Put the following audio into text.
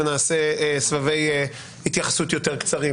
ונעשה סבבי התייחסות יותר קצרים,